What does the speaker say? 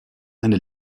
eine